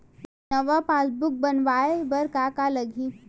नवा पासबुक बनवाय बर का का लगही?